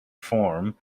form